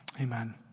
Amen